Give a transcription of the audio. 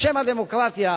בשם הדמוקרטיה,